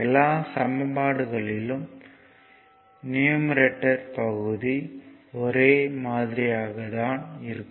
எல்லாம் சமன்பாடுகளிலும் நியுமரேட்டர் பகுதி ஒரே மாதிரியாக தான் இருக்கும்